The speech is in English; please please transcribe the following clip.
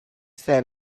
sat